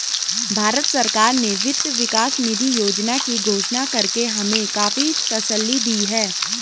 भारत सरकार ने वित्त विकास निधि योजना की घोषणा करके हमें काफी तसल्ली दी है